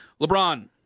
LeBron